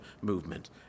movement